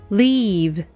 leave